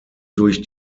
durch